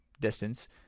distance